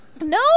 No